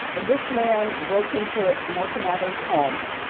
this man broke into marshall mathers' home.